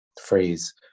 phrase